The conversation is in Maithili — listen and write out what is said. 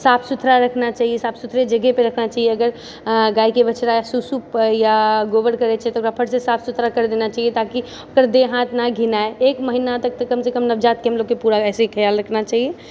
साफ सुथरा रखना चाहिए साफ सुथरा जगह पे रखना चाहिए अगर गायके बछड़ा सूसू या गोबर करै छै तऽ ओकरा फट से साफ सुथरा कर देना चाहिए ताकी ओकर देह हाथ नहि घिनाए एक महीना तक तऽ कमसँ कम नवजातके हमलोगके पूरा एनाहे खयाल रखना चाहिए